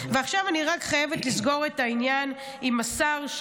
ועכשיו, אני רק חייבת לסגור את העניין עם השר.